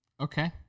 Okay